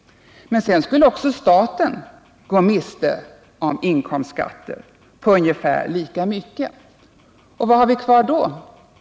Men sedan skulle staten gå miste om inkomstskatt på ungefär lika mycket. Vad har vi kvar då?